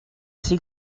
ses